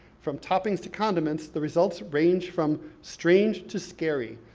from toppings to condiments, the results range from strange to scary.